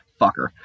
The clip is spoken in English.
fucker